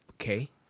Okay